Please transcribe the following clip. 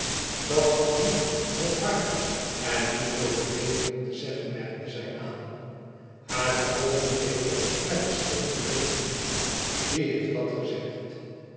bat was niet heel waar en met heel beleefd om te zeggen merkte zij aan hare oogen weder naar de schepen richtende wie heeft dat gezegd